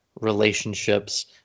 relationships